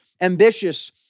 ambitious